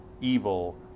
evil